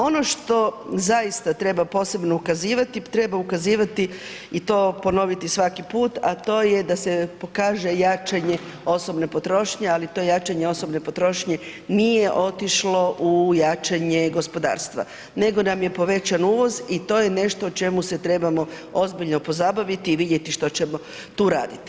Ono što zaista treba posebno ukazivati, treba ukazivati i to ponoviti svaki put, a to je da se pokaže jačanje osobne potrošnje, ali to jačanje osobne potrošnje nije otišlo u jačanje gospodarstva, nego nam je povećan uvoz i to je nešto o čemu se trebamo ozbiljno pozabaviti i vidjeti što ćemo tu raditi.